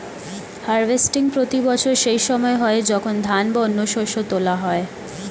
harvesting প্রতি বছর সেই সময় হয় যখন ধান বা অন্য শস্য তোলা হয়